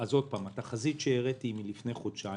התחזית שהראיתי היא מלפני חודשיים,